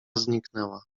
zniknęła